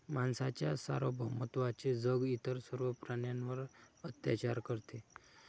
माणसाच्या सार्वभौमत्वाचे जग इतर सर्व प्राण्यांवर अत्याचार करते